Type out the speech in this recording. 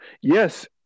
Yes